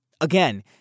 again